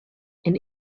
and